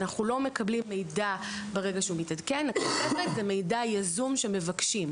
אנחנו לא מקבלים מידע ברגע שהוא מתעדכן הכספת זה מידע יזום שמבקשים,